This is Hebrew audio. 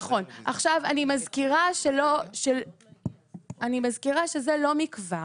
עכשיו, אני מזכירה שזה לא מכבר